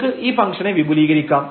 നമുക്ക് ഈ ഫംഗ്ഷനെ വിപുലീകരിക്കാം